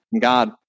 God